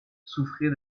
souffrait